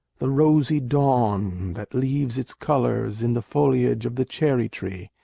the rosy dawn that leaves its colors in the foliage of the cherry-tree.